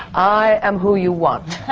i am who you want.